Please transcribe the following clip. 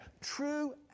true